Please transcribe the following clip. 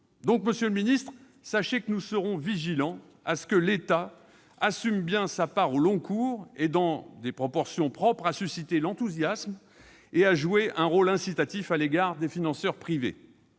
donc, monsieur le ministre, que nous serons vigilants à ce que l'État assume bien sa part au long cours et dans des proportions propres à susciter l'enthousiasme et joue un rôle incitatif à l'égard des financeurs privés.